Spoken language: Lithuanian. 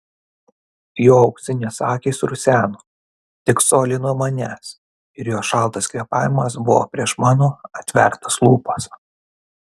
jo auksinės akys ruseno tik colį nuo manęs ir jo šaltas kvėpavimas buvo prieš mano atvertas lūpas